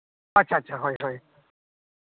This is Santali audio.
ᱟᱪᱪᱷᱟ ᱟᱪᱪᱷᱟ ᱦᱳᱭ ᱦᱳᱭ